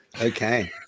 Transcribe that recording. Okay